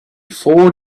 four